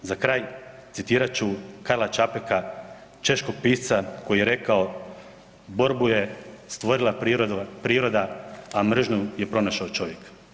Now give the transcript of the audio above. Za kraj citirat ću Karla Čapeka češkog pisca koji je rekao „Borbu je stvorila priroda, a mržnju je pronašao čovjek“